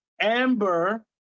Amber